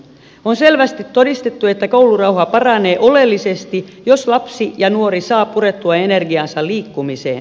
on selvästi todistettu että koulurauha paranee oleellisesti jos lapsi ja nuori saa purettua energiansa liikkumiseen